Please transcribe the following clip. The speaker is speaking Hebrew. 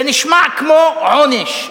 זה נשמע כמו עונש,